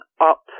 up